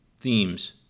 themes